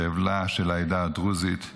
באבלה של העדה הדרוזית,